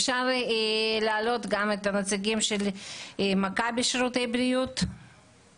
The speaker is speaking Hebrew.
אפשר להעלות פה עכשיו את נציגי כל הקופות וכולם יציגו.